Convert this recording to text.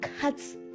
cuts